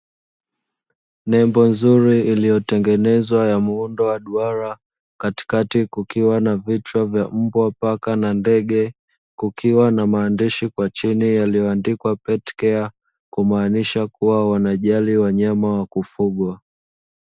Nembo nzuri iliyotengenezwa ya muundo wa duara, katikati kukiwa na vichwa vya mbwa paka na ndege, kukiwa na maandishi kwa chini yaliyoandikwa 'petcare', kumaanisha kuwa wanajali wanyama wa kufugwa.